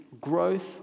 Growth